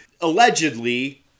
allegedly